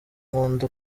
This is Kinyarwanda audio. nkunda